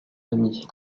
ami